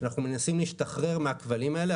אנחנו מנסים להשתחרר מהכבלים האלה.